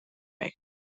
pact